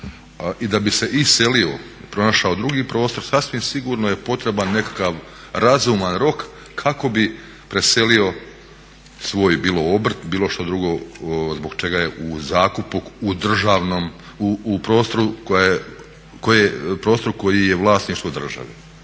i da bi se iselio, pronašao drugi prostor, sasvim sigurno je potreban nekakav razuman rok kako bi preselio svoj bilo obrt, bilo što drugo zbog čega je u zakupu u prostoru koji je vlasništvo države.